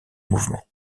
mouvement